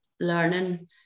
learning